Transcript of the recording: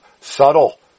subtle